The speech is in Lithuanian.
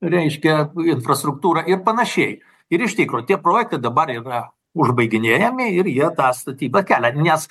reiškia infrastruktūrą ir panašiai ir iš tikro tie projektai dabar yra užbaiginėjami ir jie tą statybą kelia nes